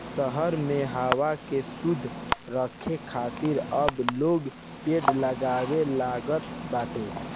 शहर में हवा के शुद्ध राखे खातिर अब लोग पेड़ लगावे लागल बाटे